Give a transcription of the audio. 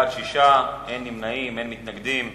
בעד, 6, אין נמנעים ואין מתנגדים.